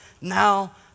now